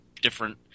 different –